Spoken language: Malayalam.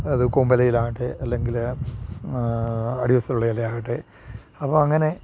അത് കൂമ്പ് ഇലയിലാകട്ടെ അല്ലെങ്കിൽ അടിവശത്തുള്ള ഇലയിലാകട്ടെ അപ്പോൾ അങ്ങനെ